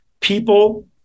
people